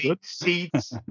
seats